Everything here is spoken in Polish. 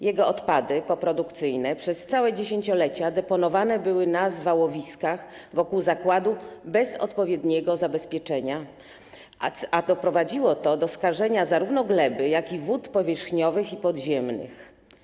Jego odpady poprodukcyjne przez całe dziesięciolecia deponowane były na zwałowiskach wokół zakładu bez odpowiedniego zabezpieczenia, a doprowadziło to do skażenia zarówno gleby, jak i wód powierzchniowych i podziemnych.